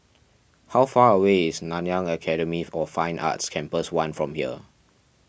how far away is Nanyang Academy of Fine Arts Campus one from here